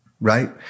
right